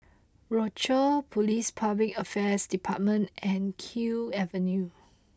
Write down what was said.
Rochor Police Public Affairs Department and Kew Avenue